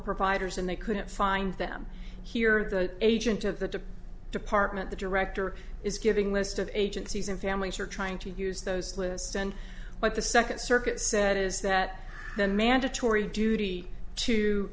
providers and they couldn't find them here the agent of the department the director is giving list of agencies and families are trying to use those lists and what the second circuit said is that the mandatory duty to